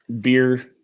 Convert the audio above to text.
beer